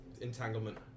entanglement